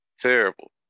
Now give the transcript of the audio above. Terrible